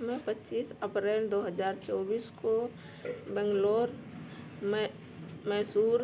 मैं पच्चीस अप्रैल दो हज़ार चौबीस को बैंगलोर मै मैसूर